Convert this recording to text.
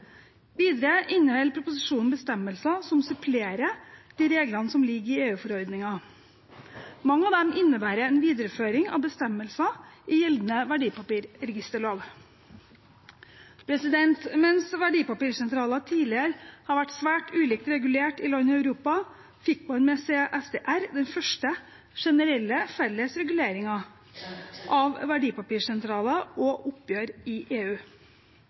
Videre inneholder proposisjonen bestemmelser som supplerer de reglene som ligger i EU-forordningen. Mange av dem innebærer en videreføring av bestemmelser i gjeldende verdipapirregisterlov. Mens verdipapirsentraler tidligere har vært svært ulikt regulert i land i Europa, fikk man med CSDR den første generelle, felles reguleringen av verdipapirsentraler og oppgjør i EU.